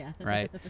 Right